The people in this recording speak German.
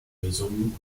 lösungen